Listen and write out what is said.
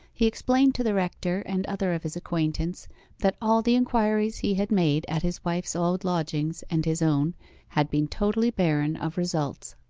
he explained to the rector and other of his acquaintance that all the inquiries he had made at his wife's old lodgings and his own had been totally barren of results.